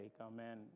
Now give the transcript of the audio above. amen